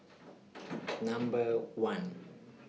Number one